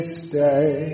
stay